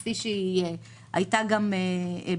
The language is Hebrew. כפי שהיא הייתה גם בעבר.